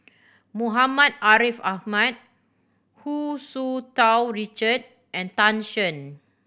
Muhammad Ariff Ahmad Hu Tsu Tau Richard and Tan Shen